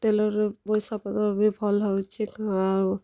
tailor ରୁ ପଇସାପତର୍ ବି ଭଲ୍ ହେଉଛେ ଆଉ